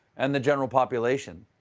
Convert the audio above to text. and the general population,